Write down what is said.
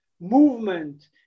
movement